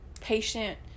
patient